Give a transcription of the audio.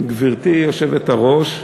גברתי היושבת-ראש,